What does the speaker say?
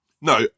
No